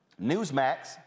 Newsmax